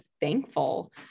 thankful